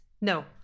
no